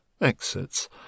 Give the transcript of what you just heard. exits